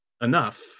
enough